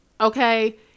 okay